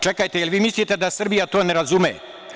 Čekajte, da li vi mislite da Srbija to ne razume?